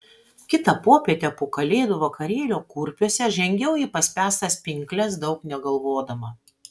kitą popietę po kalėdų vakarėlio kurpiuose žengiau į paspęstas pinkles daug negalvodama